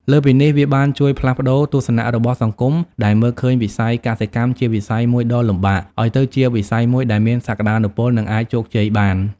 លើសពីនេះ វាបានជួយផ្លាស់ប្តូរទស្សនៈរបស់សង្គមដែលមើលឃើញវិស័យកសិកម្មជាវិស័យមួយដ៏លំបាក ឲ្យទៅជាវិស័យមួយដែលមានសក្ដានុពល និងអាចជោគជ័យបាន។